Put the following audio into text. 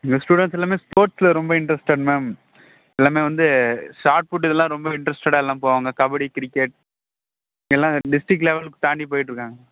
எங்கள் ஸ்டூடண்ட்ஸ் எல்லாமே ஸ்போர்ட்ஸில் ரொம்ப இண்ட்ரஸ்டட் மேம் எல்லாமே வந்து ஷார்ட் புட் இதெல்லாம் ரொம்ப இண்ட்ரஸ்டடாக எல்லாம் போவாங்க கபடி கிரிக்கெட் எல்லாம் டிஸ்ட்ரிக் லெவல் தாண்டி போயிட்டுருக்காங்க